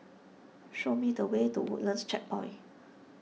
show me the way to Woodlands Checkpoint